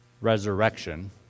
resurrection